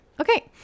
okay